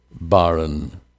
barren